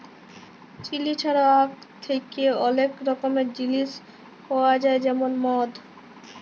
chilli ছাড়াও আখ থ্যাকে অলেক রকমের জিলিস পাউয়া যায় যেমল মদ